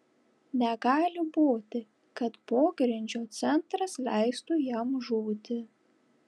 negali būti kad pogrindžio centras leistų jam žūti